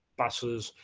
buses,